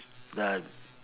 uh